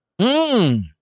Mmm